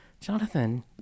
Jonathan